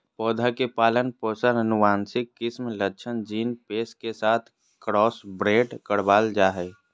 पौधा के पालन पोषण आनुवंशिक किस्म लक्षण जीन पेश के साथ क्रॉसब्रेड करबाल जा हइ